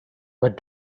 but